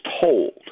told